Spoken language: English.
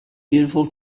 beautiful